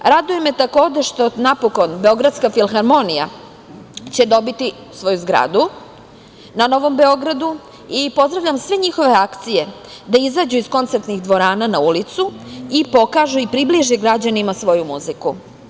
Raduje me takođe što napokon Beogradska filharmonija će dobiti svoju zgradu na Novom Beogradu i pozdravljam sve njihove akcije da izađu iz koncertnih dvorana na ulicu i pokažu i približe građanima svoju muziku.